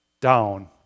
down